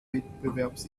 wettbewerbs